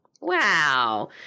Wow